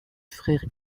frère